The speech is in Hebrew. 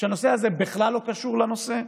שהנושא הזה בכלל לא קשור לנושא?